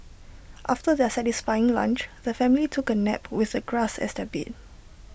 after their satisfying lunch the family took A nap with the grass as their bed